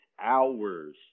hours